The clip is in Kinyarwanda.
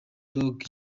dogg